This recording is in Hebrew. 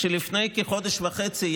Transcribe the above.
כשלפני כחודש וחצי,